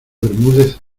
bermúdez